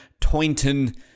Toynton